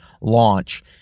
launch